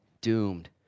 doomed